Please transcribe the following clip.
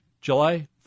July